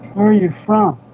are you from?